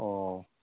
ꯑꯣ